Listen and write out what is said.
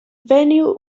venue